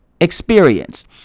experience